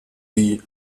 wie